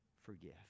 forgive